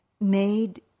made